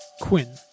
Quinn